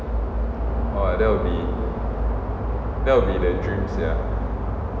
!wah! that will be that will be the dream sia